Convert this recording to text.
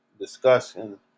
discussing